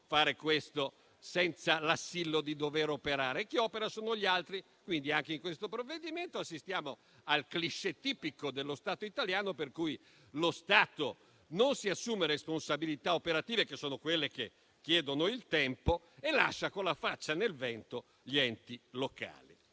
fare questo, senza l'assillo di dover operare, perché chi opera sono gli altri. Anche in questo provvedimento, quindi, assistiamo al *cliché* tipico dello Stato italiano, tale per cui lo Stato non si assume responsabilità operative, che sono quelle che chiedono il tempo, e lascia con la faccia nel vento gli enti locali.